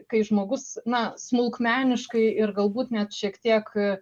kai žmogus na smulkmeniškai ir galbūt net šiek tiek